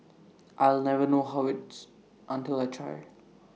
I'll never know how it's until I try